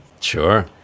Sure